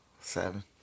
Seven